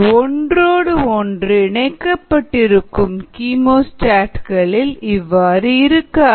ஒன்றோடு ஒன்று இணைக்கப்பட்டிருக்கும் கீமோஸ்டாட் களில் இவ்வாறு இருக்காது